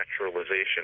Naturalization